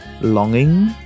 longing